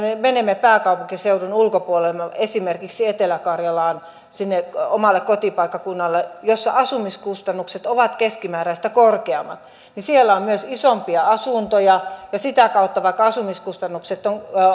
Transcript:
me menemme pääkaupunkiseudun ulkopuolelle esimerkiksi etelä karjalaan sinne omalle kotipaikkakunnalleni jossa asumiskustannukset ovat keskimääräistä korkeammat niin siellä on myös isompia asuntoja ja sitä kautta vaikka asumiskustannukset